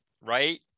right